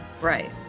Right